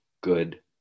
good